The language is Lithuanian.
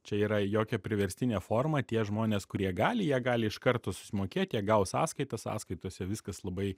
čia yra jokia priverstinė forma tie žmonės kurie gali jie gali iš karto susimokėt jie gaus sąskaitas sąskaitose viskas labai